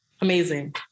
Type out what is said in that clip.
amazing